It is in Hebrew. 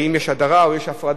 האם יש הדרה או יש הפרדה,